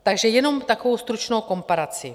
Takže jenom takovou stručnou komparaci.